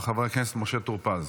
חבר הכנסת משה טור פז.